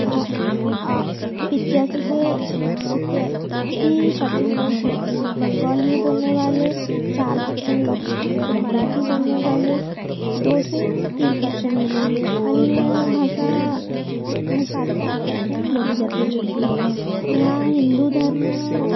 पचासी से सता सी पर्सेंट लोग होते हैं बंगाली बोलने वाले चार पर्सेंट लोग मिलेंगे और मराठी बोलने वाले दो से तीन पर्शेंट मिलेंगे अन्य भाषा हो सात से आठ पर्सेंट बोली जाती हैगी यहाँ हिन्दू धर्म